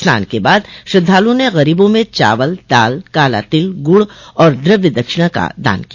स्नान के बाद श्रद्वाल्ओं ने गरोबों में चावल दाल काला तिल गुड़ और द्रव्य दक्षिणा का दान किया